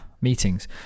meetings